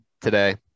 today